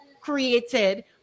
created